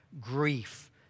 grief